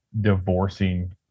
divorcing